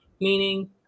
Meaning